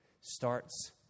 starts